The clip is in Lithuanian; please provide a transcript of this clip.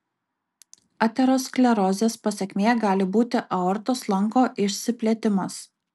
aterosklerozės pasekmė gali būti aortos lanko išsiplėtimas